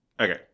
Okay